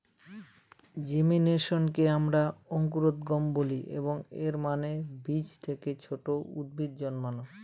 জেমিনেশনকে আমরা অঙ্কুরোদ্গম বলি, এবং এর মানে বীজ থেকে ছোট উদ্ভিদ জন্মানো